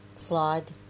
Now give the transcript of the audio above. flawed